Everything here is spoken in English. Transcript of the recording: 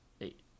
Eight